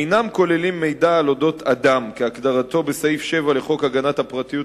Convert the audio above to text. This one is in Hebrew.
לא נכללים מידע על אודות אדם כהגדרתו בסעיף 7 לחוק הגנת הפרטיות,